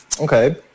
okay